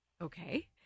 Okay